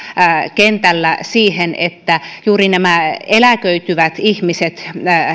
kentällä siihen että saadaan juuri näille eläköityville ihmisille